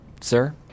Sir